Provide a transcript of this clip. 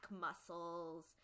muscles